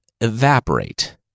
evaporate